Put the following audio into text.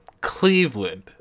Cleveland